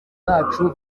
bacu